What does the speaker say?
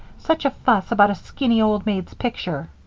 such a fuss about a skinny old maid's picture.